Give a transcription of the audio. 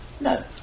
No